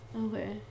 okay